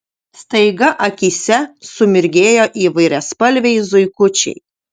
staiga akyse sumirgėjo įvairiaspalviai zuikučiai